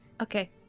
Okay